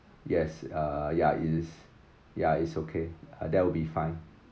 yes uh ya is ya is okay uh that will be fine